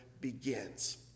begins